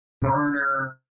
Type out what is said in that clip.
burner